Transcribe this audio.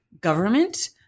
government